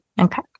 Okay